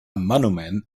monument